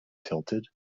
tilted